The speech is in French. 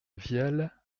viale